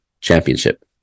Championship